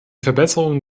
verbesserung